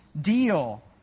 deal